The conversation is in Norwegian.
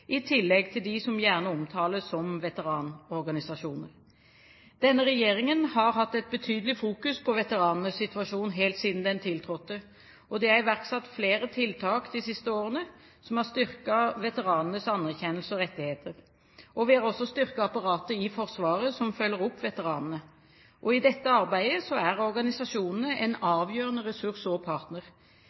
i tillegg til dem som gjerne omtales som veteranorganisasjoner. Denne regjeringen har hatt et betydelig fokus på veteranenes situasjon helt siden den tiltrådte. Det er iverksatt flere tiltak de siste årene som har styrket veteranenes anerkjennelse og rettigheter. Vi har også styrket apparatet i Forsvaret som følger opp veteranene. I dette arbeidet er organisasjonene en avgjørende ressurs og partner.